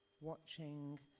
watching